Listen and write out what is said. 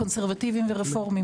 קונסרבטיביים ורפורמיים,